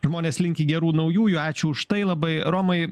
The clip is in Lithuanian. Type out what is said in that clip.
žmonės linki gerų naujųjų ačiū už tai labai romai